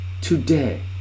today